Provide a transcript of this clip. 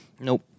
Nope